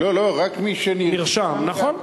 לא, לא, רק מי שנרשם, נרשם, נכון.